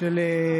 יותר של התרבות: